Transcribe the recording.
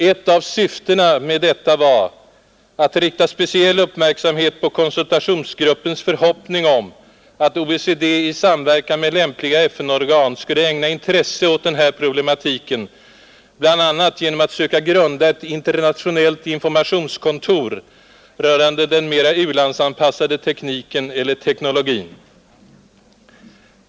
Ett av syftena med detta var att rikta speciell uppmärksamhet på konsultationsgruppens uttalade förhoppning om att OECD i samverkan med lämpliga FN-organ skulle ägna intresse åt den här problematiken, bl.a. genom att söka grunda ett internationellt informationskontor rörande den mera u-landsanpassade tekniken eller teknologin.